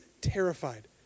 terrified